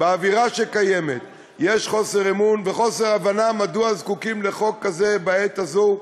באווירה שקיימת יש חוסר אמון וחסר הבנה מדוע זקוקים לחוק כזה בעת הזו.